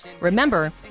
Remember